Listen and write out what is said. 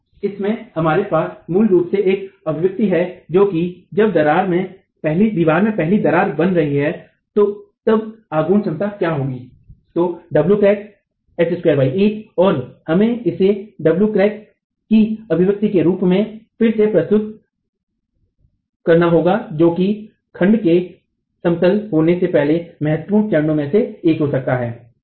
तो इससे हमारे पास मूल रूप से एक अभिव्यक्ति है कि जब दीवार में पहली दरार बन रही हो तब आघूर्ण क्षमता क्या होगी तो w crack h28 और हमे इसे wcrack की अभिव्यक्ति के रूप में फिर से प्रस्तुत करते हैं जो कि खंड के समतल होने से पहले महत्वपूर्ण चरणों में से एक हो सकता है